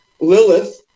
Lilith